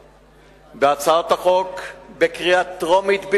בהצעות החוק אך ורק בקריאה טרומית,